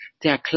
der